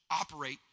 operate